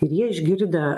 ir jie išgirdę